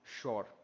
sure